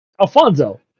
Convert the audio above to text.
Alfonso